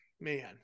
man